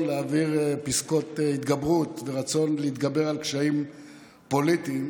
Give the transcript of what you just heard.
להעביר פסקות התגברות ורצון להתגבר על קשיים פוליטיים,